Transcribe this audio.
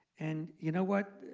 and you know what?